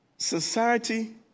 society